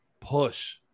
push